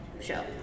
show